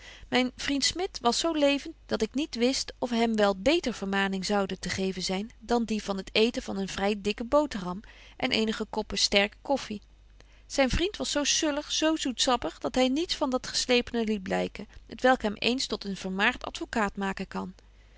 myn vriend smit was zo levent dat ik niet wist of hem wel beter vermaning zoude te geven zyn dan die van het eeten van een vry dikken boterham en eenige koppen sterke coffy zyn vriend was zo sullig zo zoetzappig dat hy niets van dat geslepene liet blyken t welk hem eens tot een vermaart advocaat maken kan